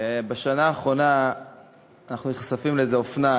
בשנה האחרונה אנחנו נחשפים לאיזה אופנה,